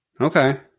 okay